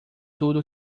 tudo